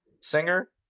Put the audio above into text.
singer